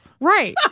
Right